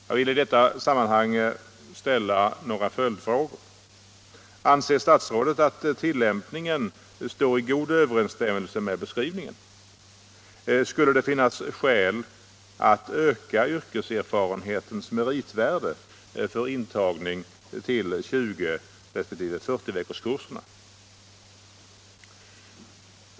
Jag vill i detta sammanhang ställa några följdfrågor: Anser statsrådet att tillämpningen står i god överensstämmelse med beskrivningen? Skulle det finnas skäl att öka yrkeserfarenhetens meritvärde för intagning till 20 resp. 40-veckorskurserna?